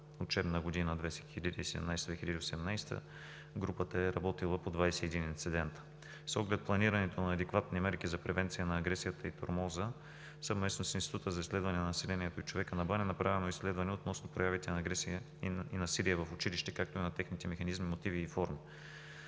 учебна 2017 – 2018 г., групата е работила по 21 инцидента. С оглед планирането на адекватни мерки за превенция на агресията и тормоза съвместно с Института за изследване на населението и човека на БАН е направено изследване относно проявите на агресия и насилие в училище, както и на техните механизми, мотиви и форми.